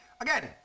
Again